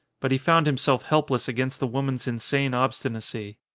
but he found himself helpless against the wo man's insane obstinacy.